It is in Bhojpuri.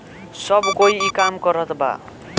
सब कोई ई काम करत बा